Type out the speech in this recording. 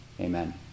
Amen